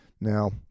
Now